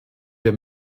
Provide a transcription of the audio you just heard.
wir